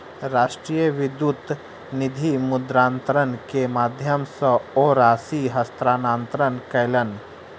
राष्ट्रीय विद्युत निधि मुद्रान्तरण के माध्यम सॅ ओ राशि हस्तांतरण कयलैन